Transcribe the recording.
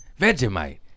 Vegemite